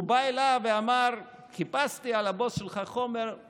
הוא בא אליו ואמר: חיפשתי על הבוס שלך חומר,